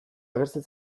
agertzen